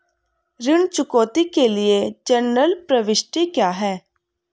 ऋण चुकौती के लिए जनरल प्रविष्टि क्या है?